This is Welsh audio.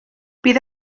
bydd